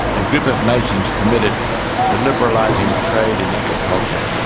a group of nations committed to liberalising trade in agriculture,